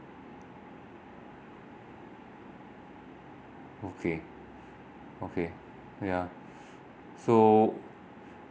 okay okay yeah so